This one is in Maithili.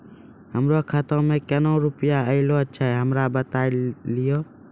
हमरो खाता मे केना केना रुपैया ऐलो छै? हमरा बताय लियै?